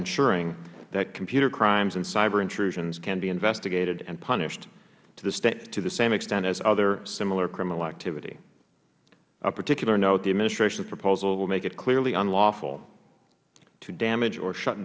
ensuring that computer crimes and cyber intrusions can be investigated and punished to the same extent as other similar criminal activity of particular note the administration's proposal will make it clearly unlawful to damage or shut